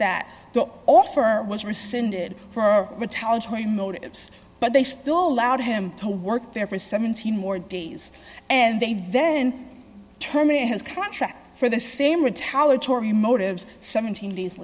the offer was rescinded for retaliatory motives but they still allowed him to work there for seventeen more days and they venn term in his contract for the same retaliatory motives seventeen days